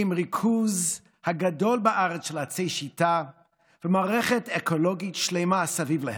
עם הריכוז הגדול בארץ של עצי שיטה ומערכת אקולוגית שלמה סביב להם.